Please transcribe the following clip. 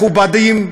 מכובדים,